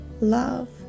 love